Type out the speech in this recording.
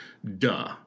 Duh